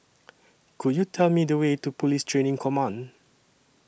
Could YOU Tell Me The Way to Police Training Command